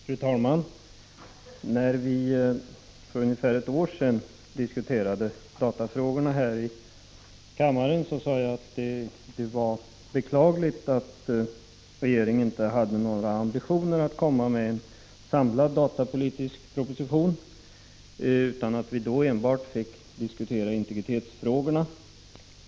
Fru talman! När vi för ungefär ett år sedan diskuterade datafrågorna här i kammaren sade jag att det var beklagligt att regeringen inte hade några ambitioner att lägga fram en samlad datapolitisk proposition. Vi fick då enbart diskutera integritetsfrågorna.